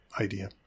idea